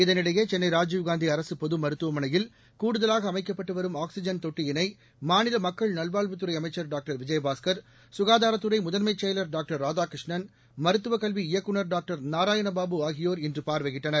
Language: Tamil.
இதனிடையே சென்னை ராஜீவ்காந்தி அரசு பொதுமருத்துவமனையில் கூடுதலாக அமைக்கப்பட்டு வரும் ஆக்ஸிஜன் தொட்டியினை மாநில மக்கள் நல்வாழ்வுத்துறை அமைச்சர் டாக்டர் விஜயபாஸ்கர் சுகாதாரத்துறை முதன்மைச் செயலர் டாக்டர் ராதாகிருஷ்ணன் மருத்துவக் கல்வி இயக்குநர் டாக்டர் நாராயண பாபு ஆகியோர் இன்று பார்வையிட்டனர்